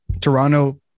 Toronto